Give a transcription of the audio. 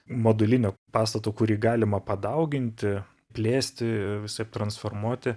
modulinio pastato kurį galima padauginti plėsti visaip transformuoti